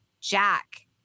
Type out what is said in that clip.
Jack